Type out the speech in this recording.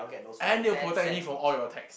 and they will protect me from all your attacks